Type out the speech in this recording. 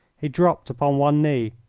he dropped upon one knee,